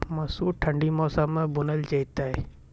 मसूर ठंडी मौसम मे बूनल जेतै?